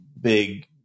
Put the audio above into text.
big